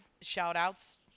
shout-outs